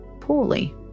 poorly